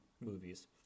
movies